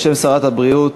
בשם שרת הבריאות,